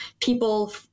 people